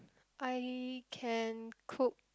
I can cook